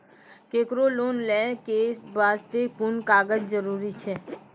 केकरो लोन लै के बास्ते कुन कागज जरूरी छै?